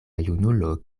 junulo